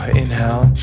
inhale